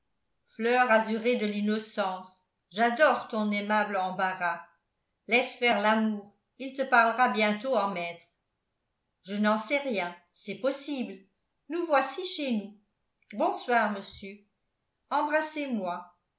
fleur azurée de l'innocence j'adore ton aimable embarras laisse faire l'amour il te parlera bientôt en maître je n'en sais rien c'est possible nous voici chez nous bonsoir monsieur embrassez-moi